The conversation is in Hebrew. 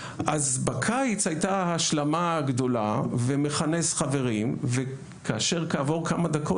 אז בקיץ הייתה ההשלמה הגדולה ומכנס חברים וכאשר כעבור כמה דקות,